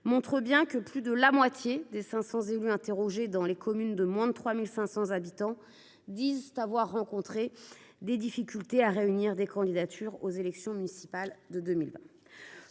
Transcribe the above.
montre que plus de la moitié des 500 élus interrogés dans les communes de moins 3 500 habitants ont rencontré des difficultés à réunir des candidatures aux élections municipales de 2020.